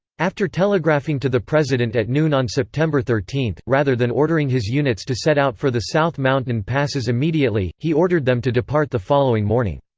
after telegraphing to the president at noon on september thirteen, rather than ordering his units to set out for the south mountain passes immediately, he ordered them to depart the following morning.